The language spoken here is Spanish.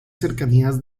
cercanías